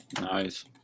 Nice